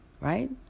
right